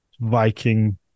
viking